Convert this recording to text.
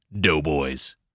Doughboys